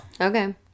Okay